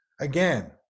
again